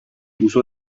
uso